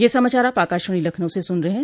ब्रे क यह समाचार आप आकाशवाणी लखनऊ से सुन रहे हैं